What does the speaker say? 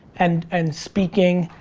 and and speaking,